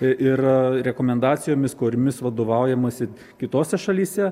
ir rekomendacijomis kuriomis vadovaujamasi kitose šalyse